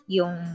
Yung